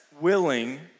willing